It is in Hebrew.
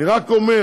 אני רק אומר: